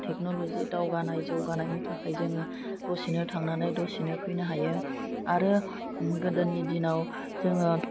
technology दावगानाय जौगानायनि थाखाय जोङो दसेनो थांनानै दसेनो फैनो हायो आरो गोदोनि दिनाव जोङो